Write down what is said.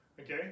Okay